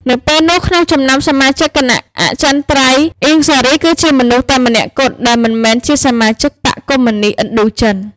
នៅពេលនោះ ក្នុងចំណោមសមាជិកគណៈអចិន្ត្រៃយ៍ អៀង សារី គឺជាមនុស្សតែម្នាក់គត់ ដែលមិនមែនជាសមាជិកបក្សកុម្មុយនិស្តឥណ្ឌូចិន។